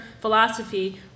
philosophy